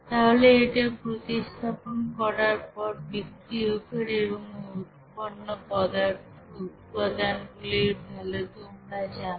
তাহলে এটা প্রতিস্থাপন করার পর বিক্রিয়কের এবং উৎপন্ন উপাদানগুলির ভ্যালু তোমরা জানো